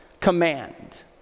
command